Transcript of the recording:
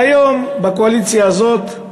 והיום, בקואליציה הזאת,